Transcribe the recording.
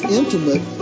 intimate